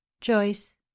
joyce